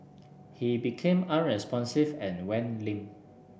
he became unresponsive and went limp